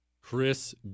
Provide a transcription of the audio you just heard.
Chris